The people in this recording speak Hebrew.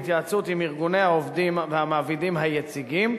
בהתייעצות עם ארגוני העובדים והמעבידים היציגים,